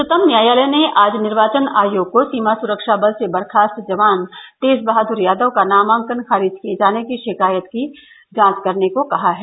उच्चतम न्यायालय ने आज निर्वाचन आयोग को सीमा सुरक्षा बल से बर्खास्त जवान तेज बहादुर यादव का नामांकन खारिज किये जाने की शिकायत की जांच करने को कहा है